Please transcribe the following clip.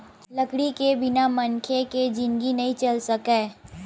लकड़ी के बिना मनखे के जिनगी नइ चल सकय